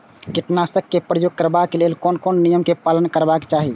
कीटनाशक क प्रयोग करबाक लेल कोन कोन नियम के पालन करबाक चाही?